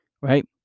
Right